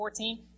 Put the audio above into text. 14